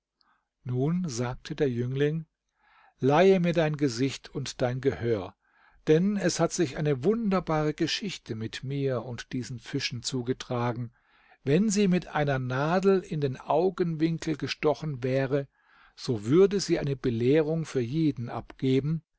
nun sagte der jüngling leihe mir dein gesicht und dein gehör denn es hat sich eine wunderbare geschichte mit mir und diesen fischen zugetragen wenn sie mit einer nadel in den augenwinkel gestochen wäre so würde sie eine belehrung für jeden abgeben